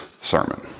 sermon